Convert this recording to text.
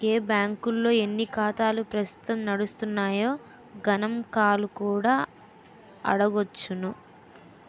ఏ బాంకుల్లో ఎన్ని ఖాతాలు ప్రస్తుతం నడుస్తున్నాయో గణంకాలు కూడా అడగొచ్చును